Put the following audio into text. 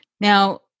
Now